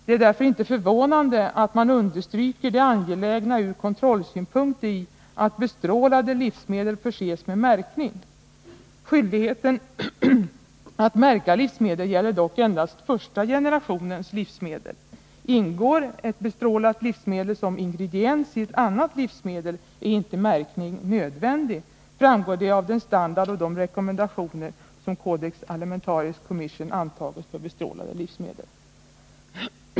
Det är därför inte förvånande att man understryker det 67 angelägna ur kontrollsynpunkt i att bestrålade livsmedel förses med märkning. Skyldigheten att märka livsmedel gäller dock endast ”första generationens livsmedel”. Ingår ett bestrålat livsmedel som ingrediens i ett annat livsmedel är inte märkning nödvändig, framgår det av den standard och de rekommendationer som Codex Alimentarius Commission antagit för bestrålade livsmedel.